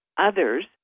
Others